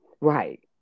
Right